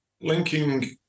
Linking